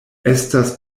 estas